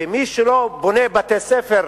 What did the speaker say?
ומי שלא בונה בתי-ספר,